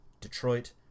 Detroit